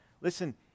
Listen